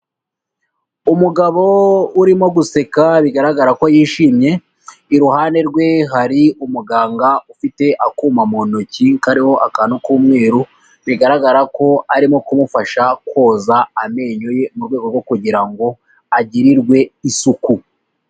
Umugabo urimo guseka bigaragara ko yishimye, iruhande rwe hari umuganga ufite akuma mu ntoki kariho akatu k'umweru bigaragara ko arimo kumufasha koza amenyo ye mu rwego rwo kugira ngo agirirwe isuku.